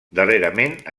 darrerament